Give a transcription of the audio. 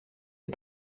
est